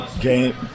game –